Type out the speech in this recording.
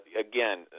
Again